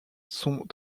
sont